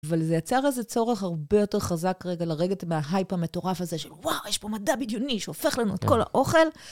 אבל זה יצר איזה צורך הרבה יותר חזק רגע, לרגע לרדת מההייפ המטורף הזה של "וואו, יש פה מדע בדיוני שהופך לנו את כל האוכל"...